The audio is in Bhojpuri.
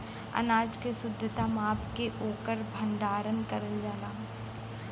अनाज के शुद्धता माप के ओकर भण्डारन करल जाला